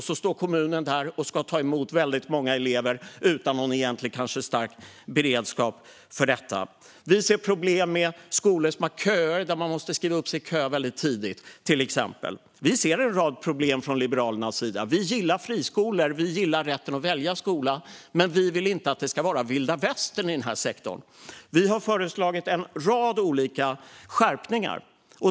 Då står kommunen där och ska ta emot väldigt många elever utan någon egentlig stark beredskap för detta. Vi ser problem med skolor som har köer, där man måste skriva upp sig i kön väldigt tidigt. Vi ser en rad problem från Liberalernas sida. Vi gillar friskolor och rätten att välja skola, men vi vill inte att det ska vara vilda västern i den här sektorn. Vi har föreslagit en rad olika skärpningar.